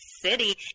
city